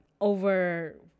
over